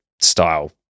style